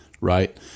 Right